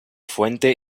fuente